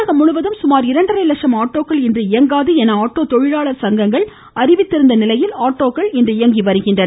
தமிழகம் முழுவதும் சுமார் இரண்டரை லட்சம் ஆட்டோக்கள் இன்று இயங்காது என ஆட்டோ தொழிலாளர் சங்கங்கள் இன்று அறிவித்துள்ள நிலையில் ஆட்டோக்கள் இன்று இயங்குகின்றன